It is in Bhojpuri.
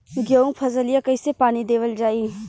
गेहूँक फसलिया कईसे पानी देवल जाई?